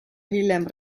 hiljem